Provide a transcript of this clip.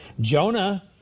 Jonah